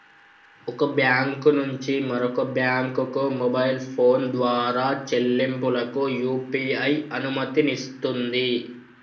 ఒక బ్యాంకు నుంచి మరొక బ్యాంకుకు మొబైల్ ఫోన్ ద్వారా చెల్లింపులకు యూ.పీ.ఐ అనుమతినిస్తుంది